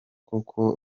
koko